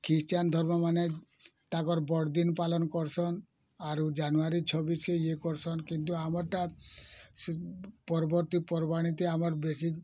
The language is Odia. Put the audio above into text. ଖ୍ରୀଷ୍ଟିଆନ ଧର୍ମମାନେ ତାଙ୍କର ବଡ଼୍ ଦିନ୍ ପାଲନ୍ କରୁଛନ୍ ଆରୁ ଜାନୁଆରୀ ଛବିଶ୍ କେ ଇଏ କରୁଛନ୍ କିନ୍ତୁ ଆମର୍ଟା ସେ ପର୍ବ ତି ପର୍ବାଣି ତି ଆମର୍ ବେଶୀ